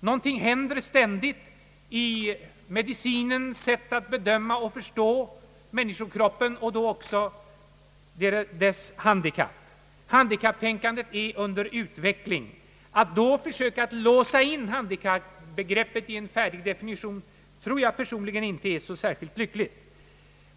Någonting händer ständigt i medicinens sätt att bedöma och förstå människokroppen och då även dess handikapp; handikapptänkandet är under utveckling. Att då försöka låsa in handikappbegreppet i en färdig definition finner jag personligen inte särskilt lyckligt.